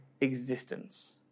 existence